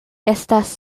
estas